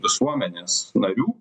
visuomenės narių